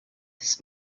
this